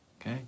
okay